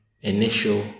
initial